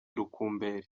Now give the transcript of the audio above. rukumberi